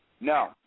No